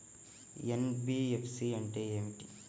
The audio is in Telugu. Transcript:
ఎన్.బీ.ఎఫ్.సి అంటే ఏమిటి?